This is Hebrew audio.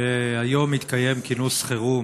היום התקיים כינוס חירום